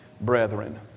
brethren